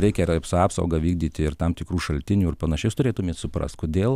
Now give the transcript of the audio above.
reikia su apsauga vykdyti ir tam tikrų šaltinių ir panašius turėtumėt suprast kodėl